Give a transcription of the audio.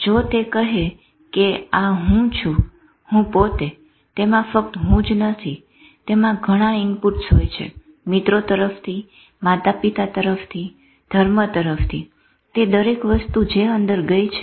જો તે કહે કે આ હું છું હું પોતે તેમાં ફક્ત હું જ નથી તેમાં ઘણા ઇનપુટસ હોય છે મિત્રો તરફથી માતાપિતા તરફથી ધર્મ તરફથી તે દરેક વસ્તુ જે અંદર ગઈ છે